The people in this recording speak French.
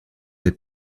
des